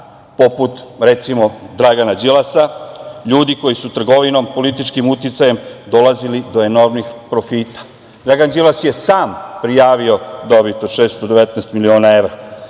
poput, recimo, Dragana Đilasa, ljudi koji su trgovinom političkim uticajem dolazili do enormnih profita. Dragan Đilas je sam prijavio dobit od 619 miliona evra.